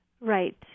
Right